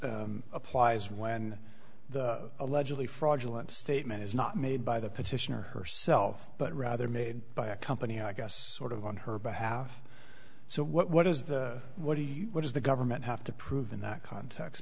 applies when the allegedly fraudulent statement is not made by the petitioner herself but rather made by a company i guess sort of on her behalf so what is the what do you what does the government have to prove in that context